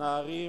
נערים